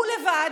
הוא לבד,